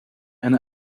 and